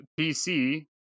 PC